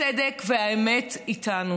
הצדק והאמת איתנו.